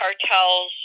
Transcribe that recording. cartels